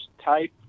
Type